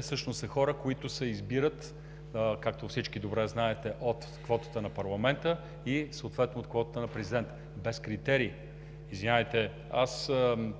всъщност са хора, които се избират, както всички добре знаете, от квотата на парламента и съответно от квотата на президента, без критерии.